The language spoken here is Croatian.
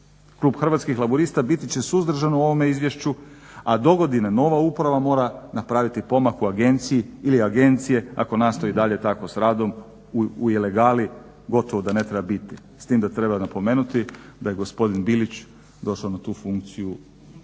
Klub Hrvatskih laburista biti će suzdržan u ovom Izvješću, a dogodine nova uprava mora napraviti pomak u agenciji ili agencije ako nastavi tako dalje s radom u ilegali gotovo da ne treba biti. S tim da treba napomenuti da je gospodine Bilić došao na tu funkciju